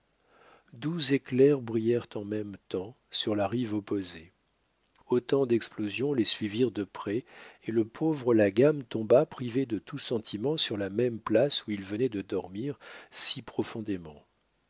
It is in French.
douze éclairs brillèrent en même temps sur la rive opposée autant d'explosions les suivirent de près et le pauvre la gamme tomba privé de tout sentiment sur la même place où il venait de dormir si profondément